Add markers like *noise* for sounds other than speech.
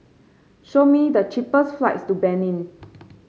show me the cheapest flights to Benin *noise*